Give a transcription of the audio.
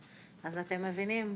אז אתם מבינים,